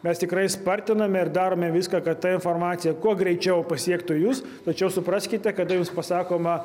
mes tikrai spartiname ir darome viską kad ta informacija kuo greičiau pasiektų jus tačiau supraskite kada jums pasakoma